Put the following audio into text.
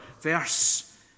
verse